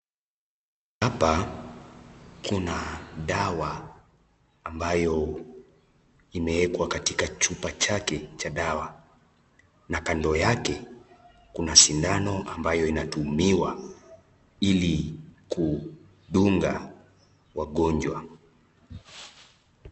Hapa kuna dawa ambayo imeekwa katika chupa chake cha dawa, na kando yake kuna sindano ambayo inatumiwa ili kudunga wagonjwa.